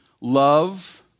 love